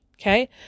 Okay